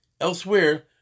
Elsewhere